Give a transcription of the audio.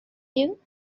you